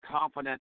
confident